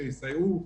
שיסייעו,